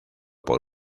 por